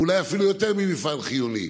ואולי אפילו יותר ממפעל חיוני.